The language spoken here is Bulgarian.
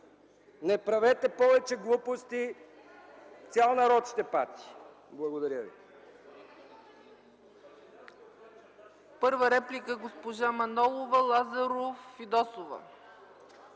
Не правете повече глупости, цял народ ще пати. Благодаря ви.